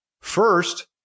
First